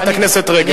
חברת הכנסת רגב.